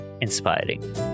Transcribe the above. inspiring